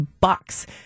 bucks